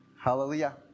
Hallelujah